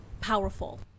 powerful